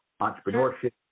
entrepreneurship